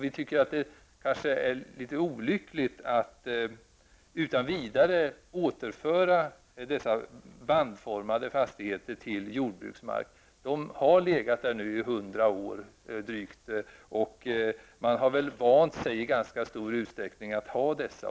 Vi menar att det är olyckligt att utan vidare återföra dessa bandformade fastigheter till jordbruksmark. De har nu legat där i drygt 100 år, och man har väl i ganska stor utsträckning vant sig vid dem.